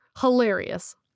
hilarious